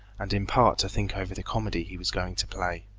and in part to think over the comedy he was going to play.